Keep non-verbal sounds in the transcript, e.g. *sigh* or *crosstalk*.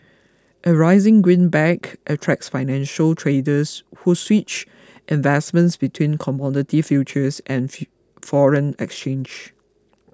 a rising greenback attracts financial traders who switch investments between commodity futures and *unintelligible* foreign exchange